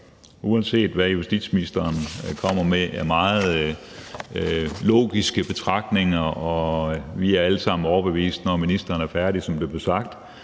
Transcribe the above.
uanset hvad justitsministeren kommer med af meget logiske betragtninger – og vi er alle sammen overbevist, når ministeren er færdig, som det blev sagt